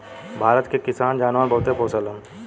भारत के किसान जानवर बहुते पोसेलन